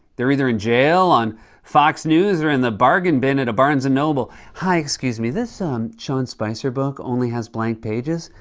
they're either in jail, on fox news, or in the bargain bin at a barnes and noble. hi, excuse me. this um sean spicer book only has blank pages.